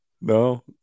no